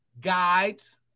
Guides